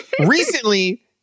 recently